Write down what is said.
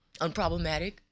Unproblematic